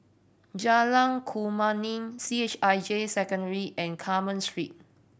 Jalan Kemuning C H I J Secondary and Carmen Street